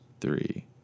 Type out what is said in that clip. three